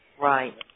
Right